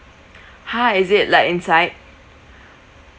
!huh! is it like inside